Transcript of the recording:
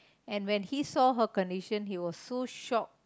and when he saw her condition he was so shocked